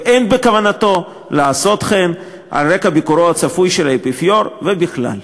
ואין בכוונתו לעשות כן על רקע ביקורו הצפוי של האפיפיור ובכלל.